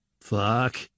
Fuck